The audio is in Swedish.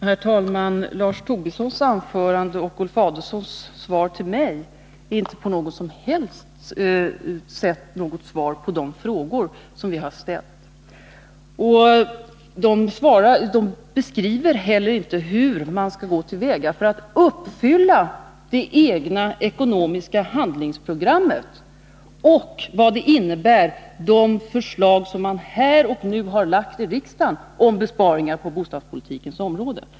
Herr talman! Lars Tobissons anförande och Ulf Adelsohns brev till mig ger inte på något som helst sätt svar på de frågor jag har ställt. De beskriver heller inte hur man skall gå till väga för att uppfylla det egna ekonomiska handlingsprogrammet eller vad de förslag innebär som man här och nu har lagt fram i riksdagen om besparingar på bostadspolitikens område.